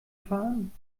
fahren